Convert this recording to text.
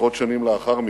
עשרות שנים לאחר מכן,